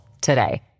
today